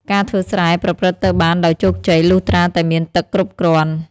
ការធ្វើស្រែប្រព្រឹត្តទៅបានដោយជោគជ័យ លុះត្រាតែមានទឹកគ្រប់គ្រាន់។